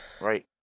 Right